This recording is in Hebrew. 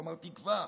כלומר תקווה,